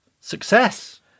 success